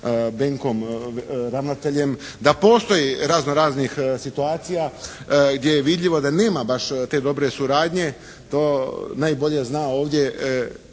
Benkom ravnateljem, da postoji raznoraznih situacija gdje je vidljivo da nema baš te dobre suradnje. To najbolje zna ovdje